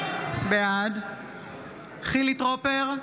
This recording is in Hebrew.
בעד חילי טרופר,